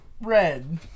Red